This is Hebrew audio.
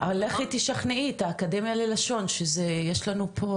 אבל לכי תשכנעי את האקדמיה ללשון שיש לנו פה